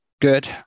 good